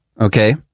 Okay